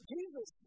Jesus